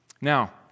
Now